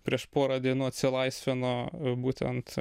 prieš porą dienų atsilaisvino būtent